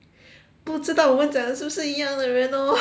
不知道我们讲的是不是一样的人 orh